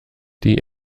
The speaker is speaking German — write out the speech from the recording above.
die